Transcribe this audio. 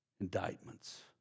indictments